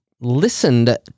listened